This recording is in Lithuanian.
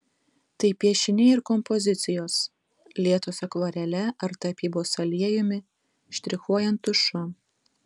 tai piešiniai ir kompozicijos lietos akvarele ar tapybos aliejumi štrichuojant tušu